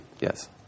yes